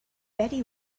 betty